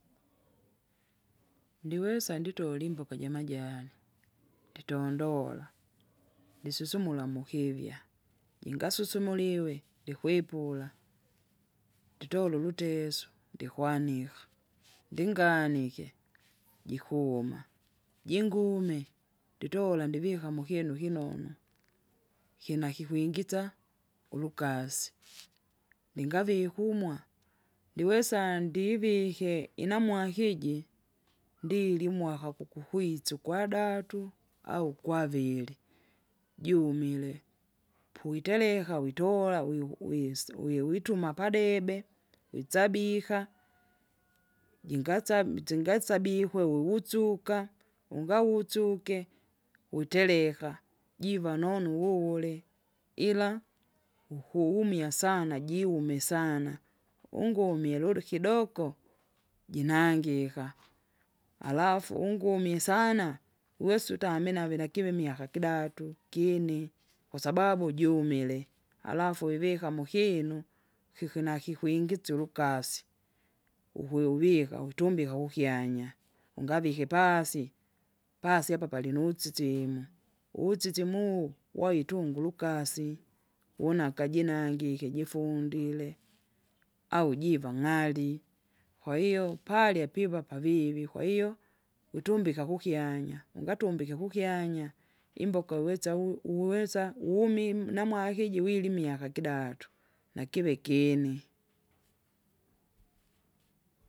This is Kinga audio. Ndiwesa nditole imboka jamajani, nditondola, ndisusumula mukivya, jingasusumulewe likwipula. Nditole ulutesu, ndikwanika, ndinganike, jikuma, jingume, nditola ndivika mukinu ikinonu, kina kikwingisa, ulukasi, ndingavikumwa, ndiwesa ndivike inamwaka iji, imwaka kukukwitsu kwadatu au kwavili, jumile, puitereka witora wiu- wisi- wiwituma padebe witsabika, jingasami tsingaisabikwe wuwutsuka ungautsuke wutereka, jiva nonu wuwule, ila, ukuumia sana jiume sana, ungumile uli kidoko, jinangika. Alafu ungumi sana uwesa utame nave nakive imiaka kidatu, kine kwasababu jumil, alafi ivika mukinu, kiki nakwingisya ulukasi ukuyuvika utumbika ukyanya, ungavike paasi, paasi apa palinu sisima. Uwusisima uwu waitungu rukasi, wunaka jinangike jifundile au jiva ng'ali, kwahiyo palya piva pavivi kwahiyo, witumbika kukyanya, ungatumbike kukyanya, imboka uwetsa uveza uwu uweza wumi mna- mwakiji wili imiaka kidatu nakive kyeni.